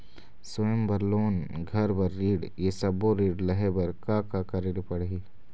स्वयं बर लोन, घर बर ऋण, ये सब्बो ऋण लहे बर का का करे ले पड़ही?